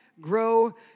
grow